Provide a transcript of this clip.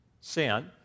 sin